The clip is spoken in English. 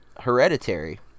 Hereditary